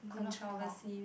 controversy